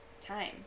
time